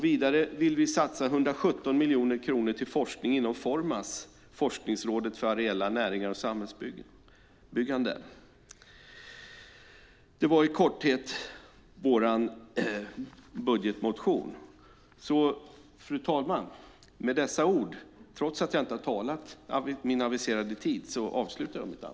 Vidare vill vi satsa 117 miljoner kronor på forskning inom Formas, Forskningsrådet för areella näringar och samhällsbyggande. Detta var i korthet innehållet i vår budgetmotion.